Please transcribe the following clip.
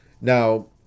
now